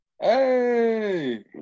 Hey